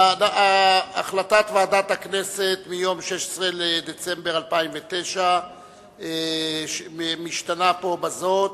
החלטת ועדת הכנסת מיום 16 בדצמבר 2009 משתנה בזאת